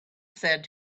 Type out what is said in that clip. said